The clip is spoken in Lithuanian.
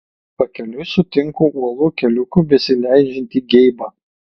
pakeliui sutinku uolų keliuku besileidžiantį geibą